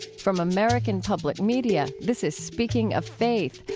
from american public media, this is speaking of faith,